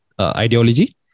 ideology